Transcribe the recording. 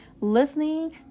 listening